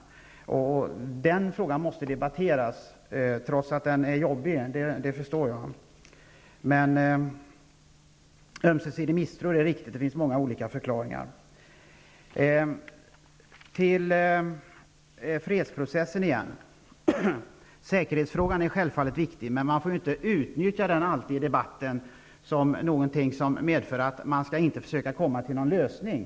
Den frågan måste debatteras, trots att den är jobbig. Ömsesidig misstro är en bland många olika förklaringar. När det gäller fredsprocessen är säkerhetsfrågan självfallet viktig, men man får inte alltid utnyttja den i debatten, som någonting som medför att man inte skall försöka komma fram till en lösning.